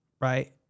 Right